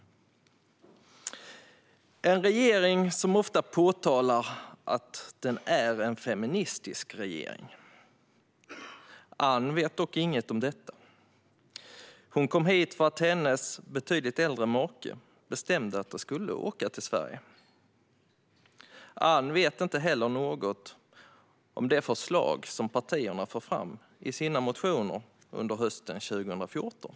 Det är en regering som ofta framhåller att den är en feministisk regering. Ann vet dock inget om detta. Hon kom hit för att hennes betydligt äldre make bestämde att de skulle åka till Sverige. Ann vet inte heller något om de förslag som partierna förde fram i sina motioner under hösten 2014.